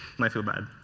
and i feel bad.